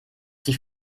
die